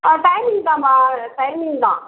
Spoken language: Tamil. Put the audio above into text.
ஆ டைமிங் தானேப்பா அது டைமிங் தான்